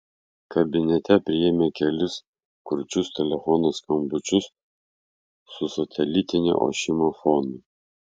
kabinete priėmė kelis kurčius telefono skambučius su satelitinio ošimo fonu